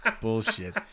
Bullshit